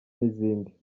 n’izindi